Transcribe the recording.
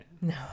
no